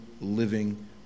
living